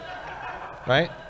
Right